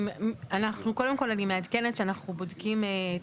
אנחנו, קודם כל, אני מעדכנת שאנחנו בודקים.